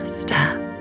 step